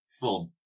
fun